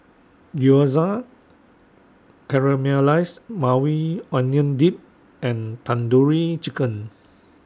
Gyoza Caramelized Maui Onion Dip and Tandoori Chicken